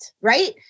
right